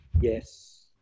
Yes